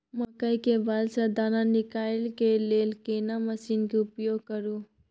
मकई के बाईल स दाना निकालय के लेल केना मसीन के उपयोग करू?